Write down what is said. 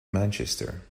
manchester